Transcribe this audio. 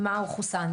מה חוסן,